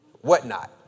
whatnot